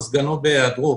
או סגנו בהיעדרו,